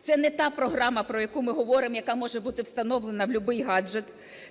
Це на та програма, про яку ми говоримо, яка може бути встановлена в любий гаджет,